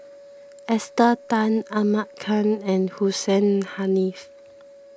Esther Tan Ahmad Khan and Hussein Haniff